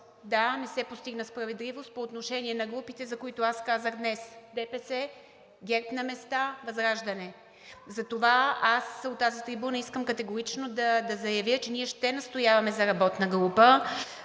Да, не се постигна справедливост по отношение на групите, за които аз казах днес – ДПС, ГЕРБ на места, ВЪЗРАЖДАНЕ. Затова аз от тази трибуна искам категорично да заявя, че ние ще настояваме за работна група,